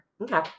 Okay